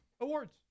Awards